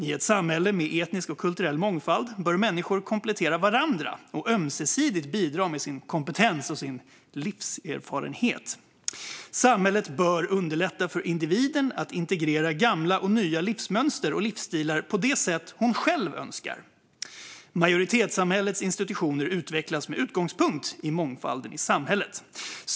I ett samhälle med etnisk och kulturell mångfald bör människor komplettera varandra och ömsesidigt bidra med sin kompetens och livserfarenhet." Vidare: "Samhället bör underlätta för individen att integrera gamla och nya livsmönster och livsstilar på det sätt hon själv önskar." Och slutligen: "Majoritetssamhällets institutioner utvecklas med utgångspunkt i mångfalden i samhället."